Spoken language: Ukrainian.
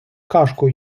кашку